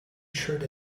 shirt